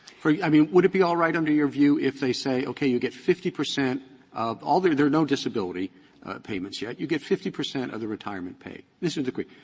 i mean, would it be all right under your view if they say, okay, you get fifty percent of all the no disability payments yet. you get fifty percent of the retirement pay. listen to me.